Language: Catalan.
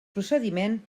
procediment